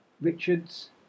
Richards